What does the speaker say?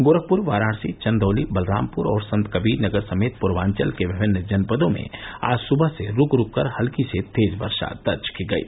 गोरखपुर वाराणसी चंदौली बलरामपुर और संतकबीरनगर समेत पूर्वाचल के विभिन्न जनपदों में आज सुबह से रूक रूक कर हल्की से तेज वर्षा दर्ज की गयी